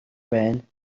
байна